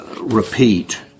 repeat